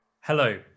Hello